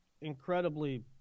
incredibly